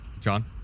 John